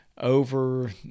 over